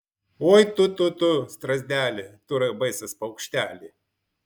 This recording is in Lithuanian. oi tu tu tu strazdeli tu raibasis paukšteli